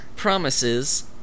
Promises